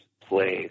plays